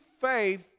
faith